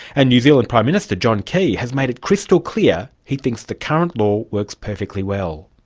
and new zealand prime minister john key has made it crystal clear he thinks the current law works perfectly well.